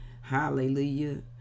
Hallelujah